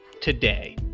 Today